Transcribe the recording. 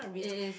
it is